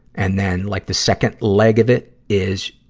and then, like, the second leg of it is,